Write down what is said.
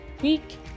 week